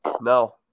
no